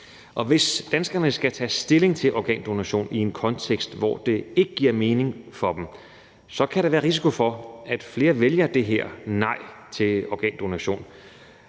Hvis danskerne skal tage stilling til organdonation i en kontekst, hvor det ikke giver mening for dem, kan der være risiko for, at flere vælger det her nej til organdonation,